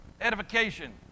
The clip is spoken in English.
edification